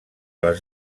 les